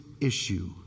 issue